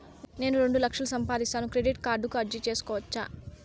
నేను రెండు లక్షలు సంపాదిస్తాను, క్రెడిట్ కార్డుకు అర్జీ సేసుకోవచ్చా?